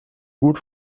gut